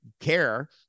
care